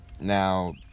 now